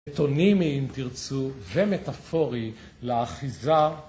מטונימי אם תרצו ומטאפורי לאחיזה..